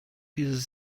dieses